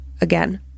again